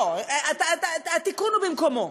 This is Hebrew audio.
לא, התיקון הוא במקומו.